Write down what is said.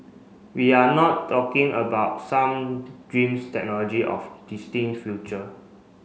we are not talking about some dreams technology of future